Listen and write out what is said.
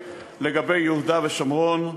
לגבי יהודה ושומרון,